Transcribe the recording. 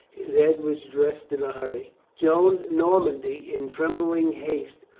his head was dressed in a hurry. joan normandy, in trembling haste,